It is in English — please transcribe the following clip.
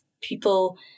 people